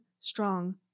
strong